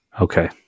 Okay